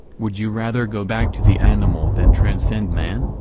would you rather go back to the animal than transcend man?